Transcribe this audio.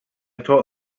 taught